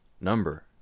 number